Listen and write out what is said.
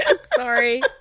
Sorry